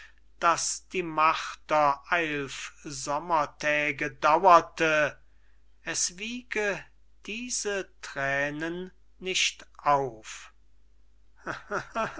daß die marter eilf sommertäge dauerte es wiege diese thränen nicht auf